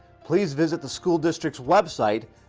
please visit the school district's website,